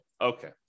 Okay